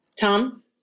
Tom